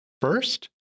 First